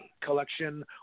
collection